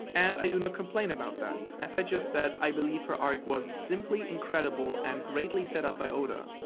and i do not complain about that, as i just said, i believe her arc was simply incredibly and greatly set up by oda.